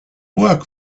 work